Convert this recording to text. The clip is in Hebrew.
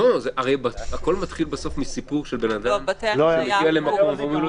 הרי הכול מתחיל בסוף מסיפור של בן אדם שמגיע למקום ואומרים לו